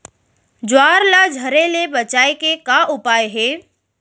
ज्वार ला झरे ले बचाए के का उपाय हे?